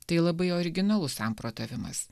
tai labai originalus samprotavimas